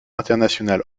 international